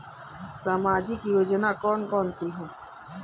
सामाजिक योजना कौन कौन सी हैं?